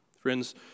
Friends